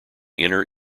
inner